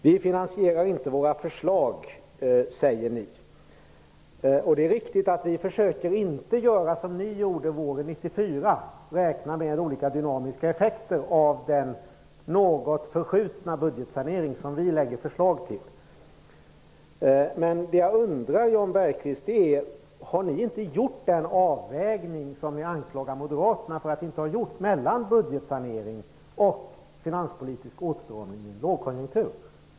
Ni säger att vi inte finansierar våra förslag. Det är riktigt att vi inte försöker göra som ni gjorde våren 1994, dvs. räkna med olika dynamiska effekter av den något förskjutna budgetsanering som vi lägger fram förslag till. Men jag undrar, Jan Bergqvist: Har ni inte gjort den avvägning som ni anklagar Moderaterna för att inte ha gjort mellan budgetsanering och finanspolitisk åtstramning i en lågkonjunktur?